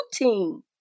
routine